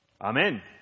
Amen